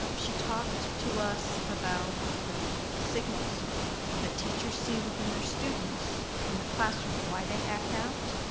um she talked to us about the the signals that teachers see within their students in the classroom, why they act out.